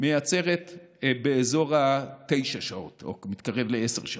מייצרת באזור תשע שעות או מתקרבת לעשר שעות.